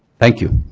thank you.